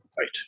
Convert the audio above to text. Right